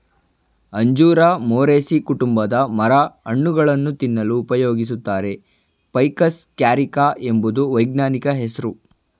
ಅಂಜೂರ ಮೊರೇಸೀ ಕುಟುಂಬದ ಮರ ಹಣ್ಣುಗಳನ್ನು ತಿನ್ನಲು ಉಪಯೋಗಿಸುತ್ತಾರೆ ಫೈಕಸ್ ಕ್ಯಾರಿಕ ಎಂಬುದು ವೈಜ್ಞಾನಿಕ ಹೆಸ್ರು